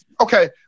Okay